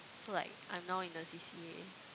so like I'm now in the C_C_A